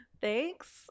Thanks